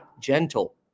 gentle